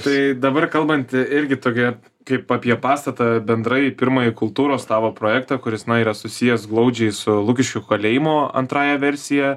tai dabar kalbant irgi tokį kaip apie pastatą bendrai pirmąjį kultūros tavo projektą kuris yra susijęs glaudžiai su lukiškių kalėjimo antrąja versija